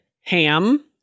ham